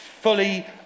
fully